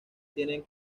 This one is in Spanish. tienen